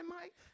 Mike